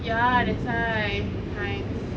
ya that's why !hais!